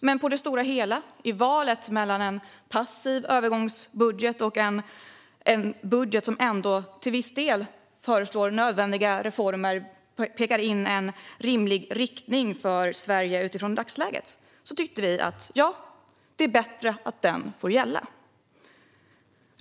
Men i det stora hela tyckte vi, i valet mellan en passiv övergångsbudget och en budget som ändå till viss del föreslår nödvändiga reformer och pekar på en rimlig riktning för Sverige utifrån dagsläget, att det är bättre att det får gälla.